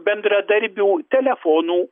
bendradarbių telefonų